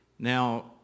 Now